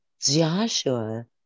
Joshua